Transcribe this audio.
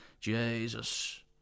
Jesus